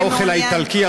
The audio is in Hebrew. את האוכל האיטלקי,